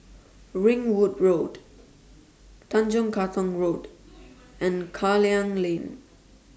Ringwood Road Tanjong Katong Road and Klang Lane